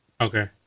Okay